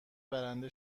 برنده